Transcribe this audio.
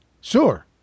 sure